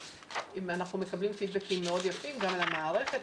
אנחנו מקבלים פידבקים מאוד יפים גם על המערכת,